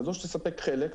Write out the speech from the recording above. כזאת שתספק חלק,